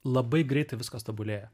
labai greitai viskas tobulėja